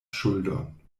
ŝuldon